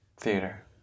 Theater